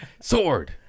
Sword